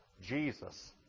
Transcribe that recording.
Jesus